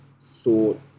thought